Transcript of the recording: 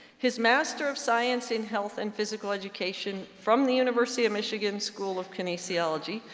his master of science in health and physical education from the university of michigan school of kinesiology,